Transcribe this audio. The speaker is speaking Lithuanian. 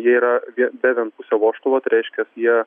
jie yra be vienpusio vožtuvo tai reiškias jie